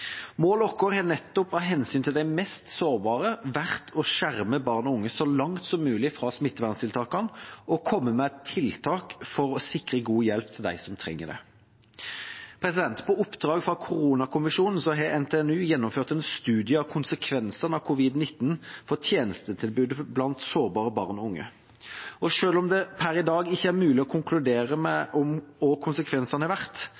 Målet vårt har vært, nettopp av hensyn til de mest sårbare, å skjerme barn og unge så langt som mulig fra smitteverntiltakene og komme med tiltak for å sikre god hjelp til dem som trenger det. På oppdrag fra Koronakommisjonen har NTNU gjennomført en studie: konsekvenser av covid-19 for tjenestetilbudet blant sårbare barn og unge. Selv om det per i dag ikke er mulig å konkludere med hva konsekvensene har vært,